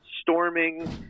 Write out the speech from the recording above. storming